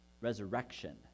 resurrection